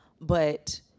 But-